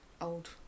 old